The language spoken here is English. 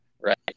right